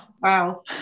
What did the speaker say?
Wow